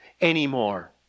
anymore